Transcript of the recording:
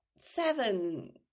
seven